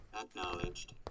Acknowledged